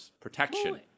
protection